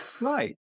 Right